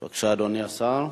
בבקשה, אדוני השר.